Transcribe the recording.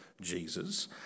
Jesus